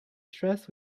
stressed